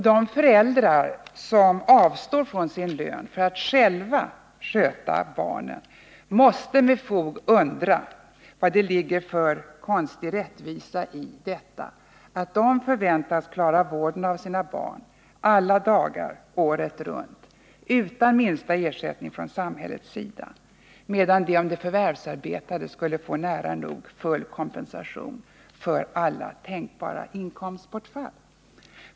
De föräldrar som avstår från sin lön för att själva sköta barnen måste med fog undra vad det ligger för konstig rättvisa i att de förväntas klara vården av sina barn alla dagar året runt utan minsta ersättning från samhällets sida, medan de om de förvärvsarbetade skulle få nära nog full kompensation för alla tänkbara inkomstbortfall.